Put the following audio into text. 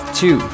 two